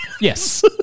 Yes